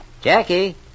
Jackie